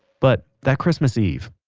but that christmas eve,